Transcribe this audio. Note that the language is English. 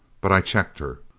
but i checked her.